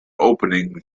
opening